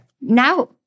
now